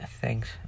thanks